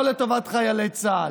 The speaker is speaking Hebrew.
לא לטובת חיילי צה"ל,